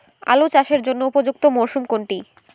আলু চাষের জন্য উপযুক্ত মরশুম কোনটি?